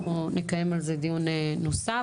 אנחנו נקיים על זה דיון נוסף.